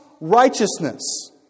righteousness